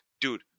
dude